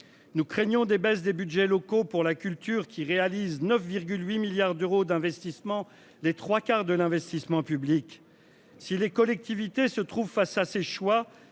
Nous craignons des baisses des Budgets locaux pour la culture, qui réalise 9, 8 milliards d'euros d'investissement des trois quarts de l'investissement public. Si les collectivités se trouve face à ces choix,